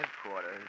Headquarters